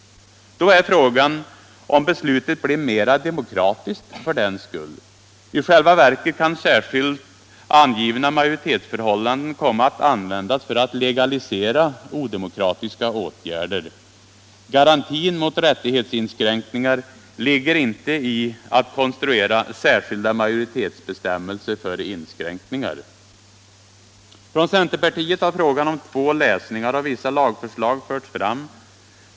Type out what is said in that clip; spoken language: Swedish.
Då är frågan om beslutet blev mera demokratiskt för den skull. I själva verket kan särskilt angivna majoritetsförhållanden komma att användas för att legalisera odemokratiska åtgärder. Garantin mot rättighetsinskränkningar ligger inte i att konstruera särskilda majoritetsbestämmelser för inskränkningar. Från centerpartiet har frågan om två läsningar av vissa lagförslag förts fram.